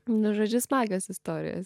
nu žodžiu smagios istorijos